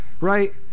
Right